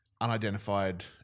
unidentified